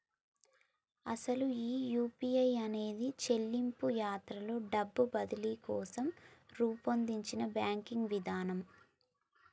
అసలు ఈ యూ.పీ.ఐ అనేది చెల్లింపు యాత్రలో డబ్బు బదిలీ కోసం రూపొందించిన బ్యాంకింగ్ విధానం